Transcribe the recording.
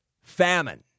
Famine